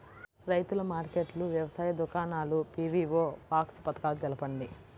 రైతుల మార్కెట్లు, వ్యవసాయ దుకాణాలు, పీ.వీ.ఓ బాక్స్ పథకాలు తెలుపండి?